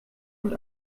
und